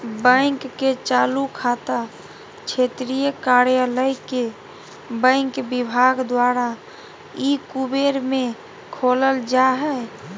bank के चालू खाता क्षेत्रीय कार्यालय के बैंक विभाग द्वारा ई कुबेर में खोलल जा हइ